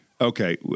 Okay